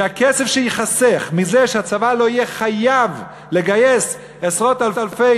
והכסף שייחסך מזה שהצבא לא יהיה חייב לגייס עשרות-אלפי